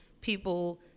people